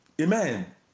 Amen